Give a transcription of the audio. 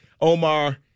Omar